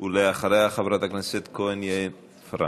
ואחריה, חברת הכנסת יעל כהן-פארן.